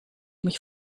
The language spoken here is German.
mich